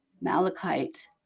Malachite